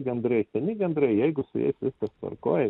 gandrai seni gandrai jeigu su jais viskas tvarkoj